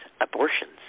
abortions